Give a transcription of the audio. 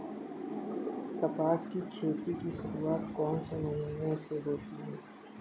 कपास की खेती की शुरुआत कौन से महीने से होती है?